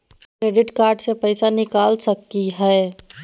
Credit card से पैसा निकल सकी हय?